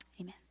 Amen